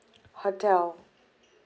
hotel